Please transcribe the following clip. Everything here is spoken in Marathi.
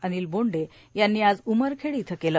अनिल बोंडे यांनी आज उमरखेड इथं केलं